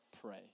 pray